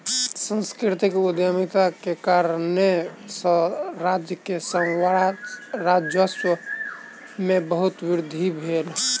सांस्कृतिक उद्यमिता के कारणेँ सॅ राज्य के राजस्व में बहुत वृद्धि भेल